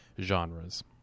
genres